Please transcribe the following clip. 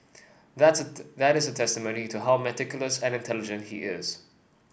that's that is a testimony to how meticulous and intelligent he is